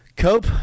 Cope